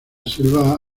selva